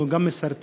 שהוא גם מסרטן,